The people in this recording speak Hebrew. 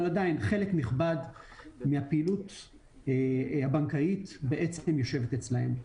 אבל עדיין חלק נכבד מהפעילות הבנקאית יושבת אצלם.